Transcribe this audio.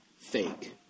fake